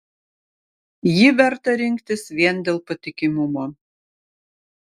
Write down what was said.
jį verta rinktis vien dėl patikimumo